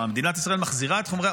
מה, מדינת ישראל מחזירה את החומרים?